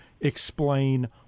explain